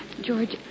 George